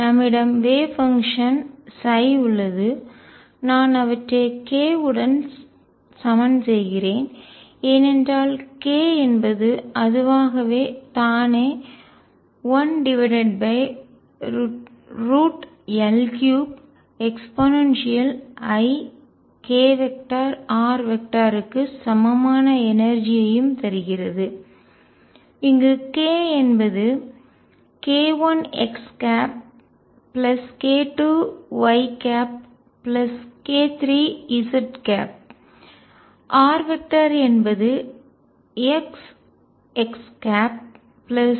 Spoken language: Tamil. நம்மிடம் வேவ் பங்ஷன் அலை செயல்பாடு உள்ளது நான் அவற்றை k உடன் சமன் செய்கிறேன் ஏனென்றால் k என்பது அதுவாகவே தானே 1L3 eikr க்கு சமமான எனர்ஜிஆற்றல் யையும் தருகிறது இங்கு k என்பது k1xk2yk3z r என்பது xxyyzz ஆகும்